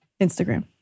Instagram